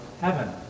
heaven